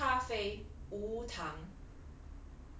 黑咖啡无糖